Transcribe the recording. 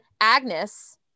Agnes